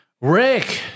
Rick